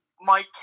Mike